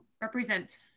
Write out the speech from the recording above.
represent